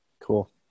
Cool